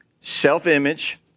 self-image